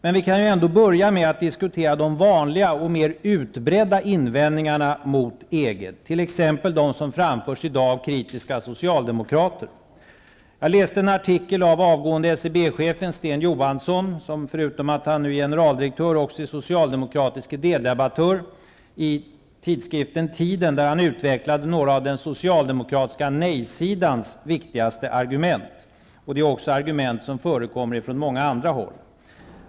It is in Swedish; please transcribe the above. Men vi kan ju ändå börja med att diskutera de vanliga och mer utbredda invändningarna mot EG, t.ex. de som i dag framförs av kritiska socialdemokrater. Jag läste en artikel av avgående SCB-chefen Sten Johansson -- som förutom att han är generaldirektör är socialdemokratisk idédebattör -- i tidskriften Tiden, där han utvecklade några av den socialdemokratiska nejsidans viktigaste argument. Det är också argument som framförs från många andra håll.